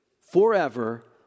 forever